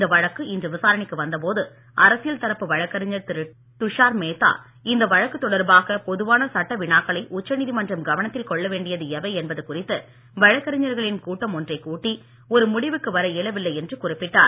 இந்த வழக்கு இன்று விசாரணைக்கு வந்த போது அரசியல் தரப்பு வழக்கிறஞர் திரு துஷார் மேத்தா இந்த வழக்கு தொடர்பாக பொதுவான சட்ட வினாக்களை உச்சநீதிமன்றம் கவனத்தில் கொள்ள வேண்டியவை எவை என்பது குறித்து வழக்கறிஞர்களின் கூட்டம் ஒன்றைக் கூட்டி ஒரு முடிவுக்கு வர இயலவில்லை என்று குறிப்பிட்டார்